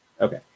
okay